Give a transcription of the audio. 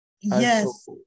Yes